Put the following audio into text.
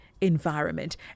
environment